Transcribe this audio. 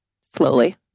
slowly